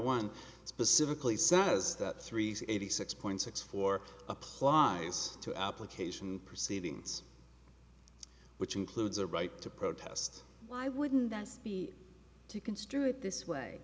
one specifically says that three eighty six point six four applies to application proceedings which includes a right to protest why wouldn't that be to construe it this way